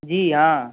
जी हाँ